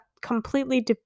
completely